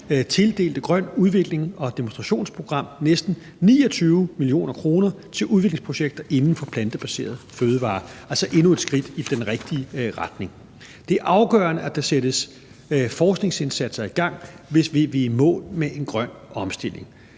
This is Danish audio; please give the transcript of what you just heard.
tildelte Grønt Udviklings- og Demonstrationsprogram næsten 29 mio. kr. til udviklingsprojekter inden for plantebaserede fødevarer – altså endnu et skridt i den rigtige retning. Det er afgørende, at der sættes forskningsindsatser i gang, hvis vi vil i mål med en grøn omstilling.